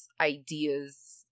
ideas